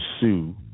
sue